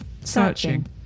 Searching